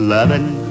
Loving